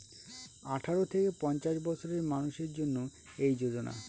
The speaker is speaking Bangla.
আঠারো থেকে পঞ্চাশ বছরের মানুষের জন্য এই যোজনা